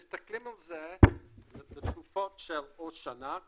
מסתכלים על זה בתקופות של או שנה,